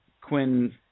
Quinn